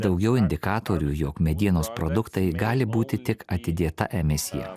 daugiau indikatorių jog medienos produktai gali būti tik atidėta emisija